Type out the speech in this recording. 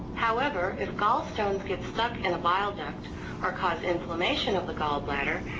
however, if gallstones get stuck in a bile duct or cause inflammation of the gallbladder,